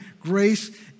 grace